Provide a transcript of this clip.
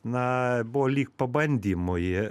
na buvo lyg pabandymui